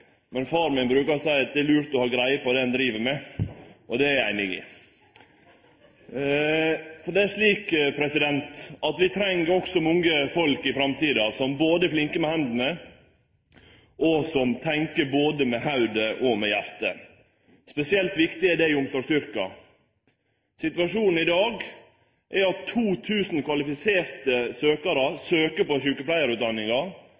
men far min brukte å seie at det er lurt å ha greie på det ein driv med, og det er eg einig i! For vi treng òg mange folk i framtida som er flinke med hendene, og som tenkjer både med hovudet og med hjartet. Spesielt viktig er det i omsorgsyrka. Situasjonen i dag er at 2 000 kvalifiserte